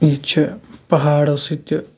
یہِ چھِ پہاڑو سۭتۍ تہِ